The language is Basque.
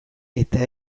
eta